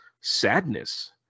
sadness